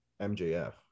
MJF